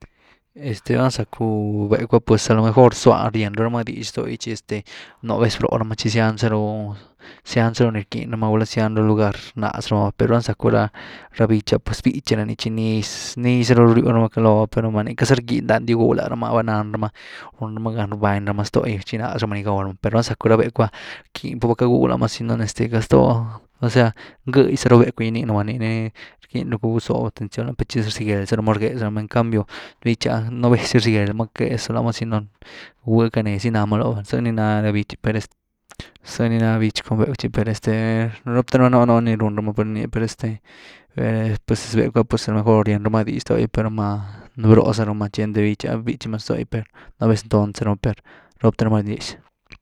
vál na zacku becw’ pues a lo mejor zlúa rienyru ráma dix stoy yí’thchy, este nú vez roh ramá txi zian zarú- zian zarú nii rquyn ráma, gúlazian zaru lugar rnáz ramá, per val zacku rá bich ah pues bítxy rany txi nix nix za rú ryw ramá calo’h per nuá nii queity zá rquyny dándy gygwyw lá ramá vá nan ramá run ramá gán rbány ra má ztogy txináz ramá nii gaw ramá. per val zacku rá becw’ ah rckiny pacu ckagwyw la ramá sinó este gastó osea, ngëx zar u becw’e rninú va, nii ni rquyny pa gyzoobu atención per txi rzigel za ramá rgéez ramá, en cambio bich ah nú vez zy rzygél rama rgéez ramá zy nó bgëh canne ni namá loh zy ny ná ra bich, per este, zy ny ná ra bich cun becw’ chi per este rop rop te r ama un ni run rama per ni per este pues becw’ ah a lo mejor rieny ru ra nii dix stogy per numá broh za rumá einty bich’ ah býtxy má stogy per tal vez tond za ru má stogy, per róbte ramá rien dix.